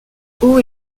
haut